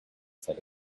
said